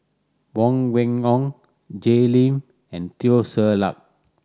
Huang Wenhong Jay Lim and Teo Ser Luck